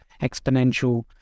exponential